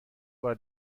بار